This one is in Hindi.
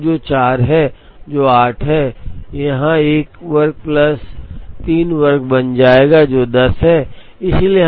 2 वर्ग जो 4 है जो 8 है यहाँ यह 1 वर्ग प्लस 3 वर्ग बन जाएगा जो 10 है